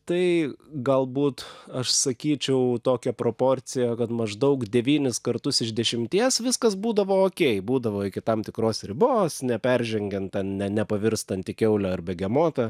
tai galbūt aš sakyčiau tokią proporciją kad maždaug devynis kartus iš dešimties viskas būdavo okei būdavo iki tam tikros ribos neperžengiant ten ne nepavirstant į kiaulę ar begemotą